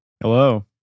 Hello